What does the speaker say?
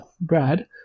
Brad